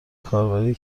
کاربری